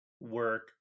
work